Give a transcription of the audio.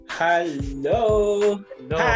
hello